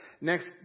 next